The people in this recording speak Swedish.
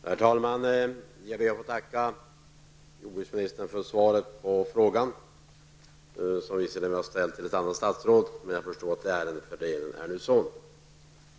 Herr talman! Jag ber att få tacka jordbruksministern för svaret på frågan. Den var visserligen ställd till ett annat statsråd, men jag förstår att ärendefördelningen är sådan att det är jordbruksministern som skall svara på den.